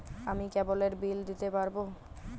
আমি কেবলের বিল দিতে পারবো?